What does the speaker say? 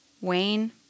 Wayne